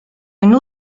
une